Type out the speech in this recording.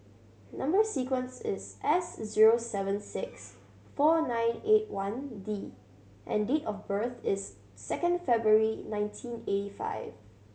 number sequence is S zero seven six four nine eight one D and date of birth is second February nineteen eighty five